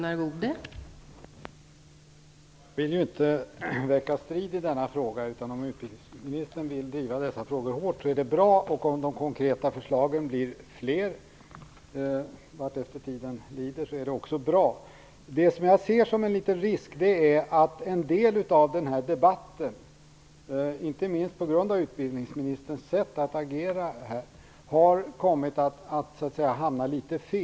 Fru talman! Jag vill inte väcka strid i denna fråga. Om utbildningsministern vill driva dessa frågor hårt är det bra, och om de konkreta förslagen blir fler vartefter tiden lider är också det bra. Det som jag ser som en liten risk är att en del av den här debatten, inte minst på grund av utbildningsministerns sätt att agera, har kommit att hamna litet fel.